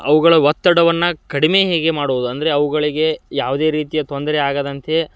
ಅವುಗಳ ಒತ್ತಡವನ್ನು ಕಡಿಮೆ ಹೇಗೆ ಮಾಡುವುದು ಅಂದರೆ ಅವುಗಳಿಗೆ ಯಾವುದೇ ರೀತಿಯ ತೊಂದರೆ ಆಗದಂತೆ